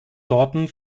sorten